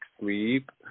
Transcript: sleep